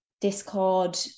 discord